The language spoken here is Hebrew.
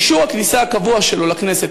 אישור הכניסה הקבוע שלו לכנסת,